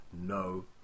no